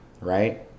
right